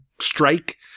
strike